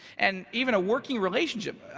and even a working relationship.